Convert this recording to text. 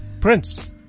Prince